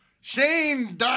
Shane